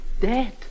Dead